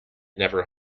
never